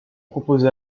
proposa